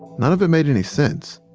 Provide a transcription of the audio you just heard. none of it made any sense.